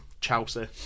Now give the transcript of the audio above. Chelsea